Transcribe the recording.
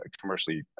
commercially